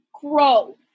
grow